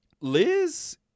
Liz